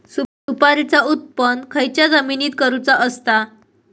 सुपारीचा उत्त्पन खयच्या जमिनीत करूचा असता?